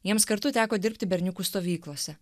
jiems kartu teko dirbti berniukų stovyklose